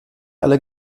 aller